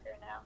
now